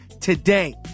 today